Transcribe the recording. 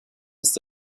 ist